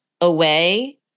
away